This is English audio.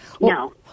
no